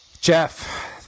Jeff